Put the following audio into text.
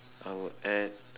I will add